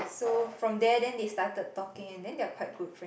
so from there then they started talking and then they're quite good friends